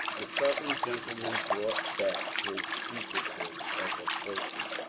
the southern gentle man brought back his fugitive as a trophy.